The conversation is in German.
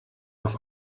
auf